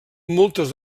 moltes